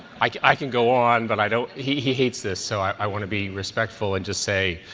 i i can go on, but i don't he he hates this, so i want to be respectful and just say,